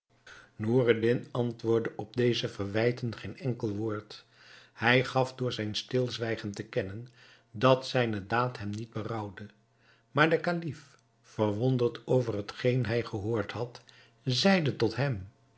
noureddin antwoordde op deze verwijten geen enkel woord hij gaf door zijn stilzwijgen te kennen dat zijne daad hem niet berouwde maar de kalif verwonderd over hetgeen hij gehoord had zeide tot hem